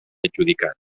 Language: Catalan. adjudicat